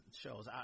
shows